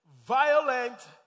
violent